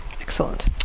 Excellent